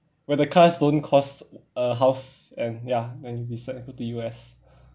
where the cars don't cost a house and ya go to U_S